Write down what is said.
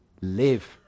live